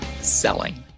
Selling